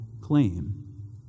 claim